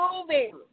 moving